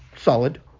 Solid